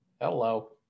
Hello